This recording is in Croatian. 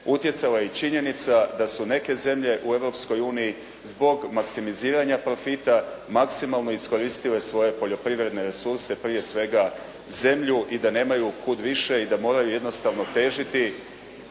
utjecala je i činjenica da su neke zemlje u Europskoj uniji zbog maksimiziranja profita maksimalno iskoristile svoje poljoprivredne resurse, prije svega zemlju i da nemaju kud više i da moraju jednostavno težiti